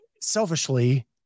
selfishly